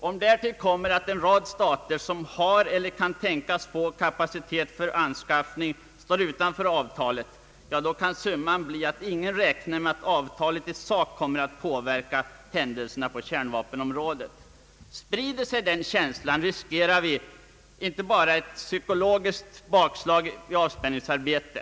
Om därtill kommer att en rad stater, som har eller kan tänkas få kapacitet för anskaffning, står utanför avtalet — ja, då kan summan bli att ingen räknar med att avtalet i sak kommer att påverka händelserna på kärnvapenområdet. Sprider sig den känslan, riskerar vi inte bara ett psykologiskt bakslag i avspänningsarbetet.